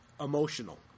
emotional